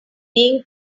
being